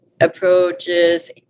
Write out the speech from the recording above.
approaches